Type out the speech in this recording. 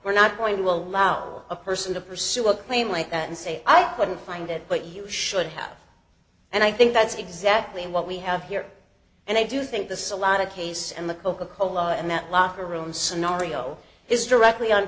we're not going to allow a person to pursue a claim like that and say i couldn't find it but you should have and i think that's exactly what we have here and i do think there's a lot of cases and the coca cola in that locker room scenario is directly on